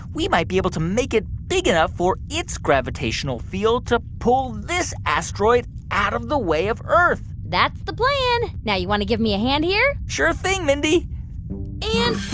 we might be able to make it big enough for its gravitational field to pull this asteroid out of the way of earth that's the plan. now you want to give me a hand here? sure thing, mindy and